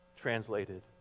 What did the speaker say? translated